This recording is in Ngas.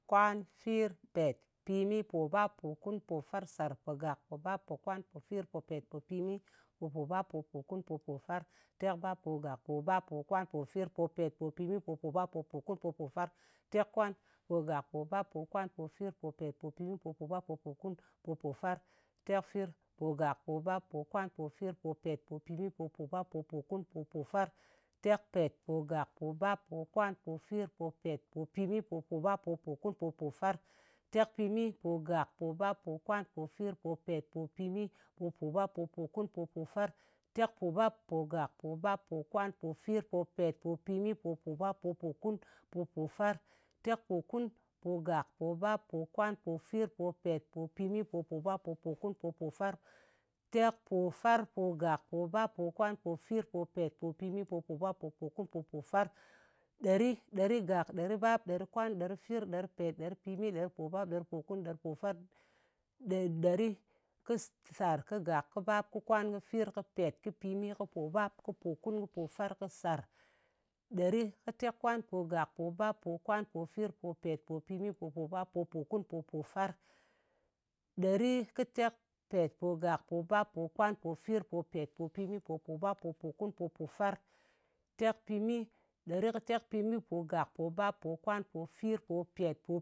Kwan, fir, pèt, pimi, pòbap, pòkun, pòfar, sàr, pògàk, pobap, pokwan, pofir, popèt, popimi, popòbap, popòkun, popòfar, tekbap, pogàk, pobap, pokwan, pofir, popèt, popimi, popòbap, popòkun, popòfar, tekkwan, pogàk, pobap, pokwan, pofir, popèt, popimi, pobòbap, popòkun, popòfar, tekfir, pogàk, pobap, pokwan, pofir, popèt, popimi, pobòbap, popòkun, popòfar, tekpèt, pogàk, pobap, pokwan, pofir, popèt, popimi, pobòbap, popòkun, popòfar, tekpèt, pogàk, pobap, pokwan, pofir, popèt, popimi, pobòbap, popòkun, popòfar, tekpimi, pogàk, pobap, pokwan, pofir, popèt, popimi, pobòbap, popòkun, popòfar, tekpòbap, pogàk, pobap, pokwan, pofir, popèt, popimi, pobòbap, popòkun, popòfar, tekpòkun, pogàk, pobap, pokwan, pofir, popèt, popimi, pobòbap, popòkun, popòfar, tekpofar, pogàk, pobap, pokwan, pofir, popèt, popimi, pobòbap, popòkun, popòfar, ɗeri. Ɗerigàk, ɗeribap, ɗerikwan, ɗerifir, ɗeripèt, ɗeripimi, ɗeripòbap, ɗeripòkun, ɗeripòfar. Ɗe ɗeri, sarkɨgàk, kɨbap, kɨkwam, kɨfir, kɨpèt, kɨpìmi, kɨpòbap, kɨpòkun, kɨpòfar, kɨsàr. Ɗeri kɨtekkwanpogàk, pobap, pokwan, pofir, popèt, popimi, popòbap, popòkun, popòfar, ɗerikɨtekpèt, pogàk, pobap, pokwan, pofir, popèt, popimi, popòbap, popòkun, popòfar, tekpimi, ɗerikɨtekpimipogàk, pobap, pokwan, pofir, popèt, po